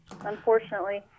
Unfortunately